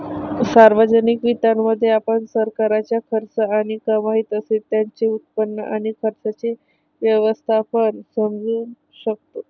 सार्वजनिक वित्तामध्ये, आपण सरकारचा खर्च आणि कमाई तसेच त्याचे उत्पन्न आणि खर्चाचे व्यवस्थापन समजू शकतो